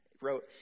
wrote